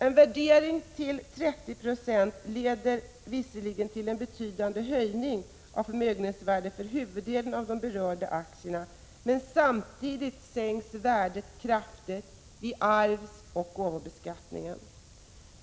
En värdering till 30 96 leder visserligen till en betydande höjning av förmögenhetsvärdet för huvuddelen av de berörda aktierna, men samtidigt sänks värdet kraftigt vid arvsoch gåvobeskattningen.